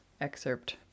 excerpt